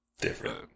Different